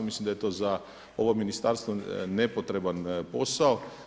Mislim da je to za ovo ministarstvo nepotreban posao.